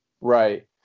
right